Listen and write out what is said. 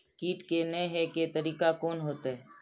कीट के ने हे के तरीका कोन होते?